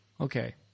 okay